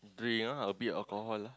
drink ah a bit alcohol lah